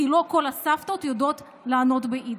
כי לא כל הסבתות יודעות לענות ביידיש.